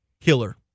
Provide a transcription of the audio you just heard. Killer